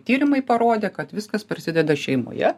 tyrimai parodė kad viskas prasideda šeimoje